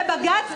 יכול להיות שכן,